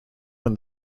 when